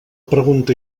pregunta